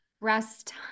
rest